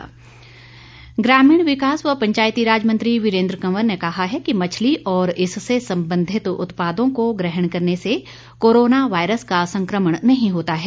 वीरेन्द्र कंवर ग्रामीण विकास व पंचायतीराज मंत्री वीरेन्द्र कंवर ने कहा है कि मछली और इससे संबंधित उत्पादों को ग्रहण करने से कोरोना वायरस का संक्रमण नहीं होता है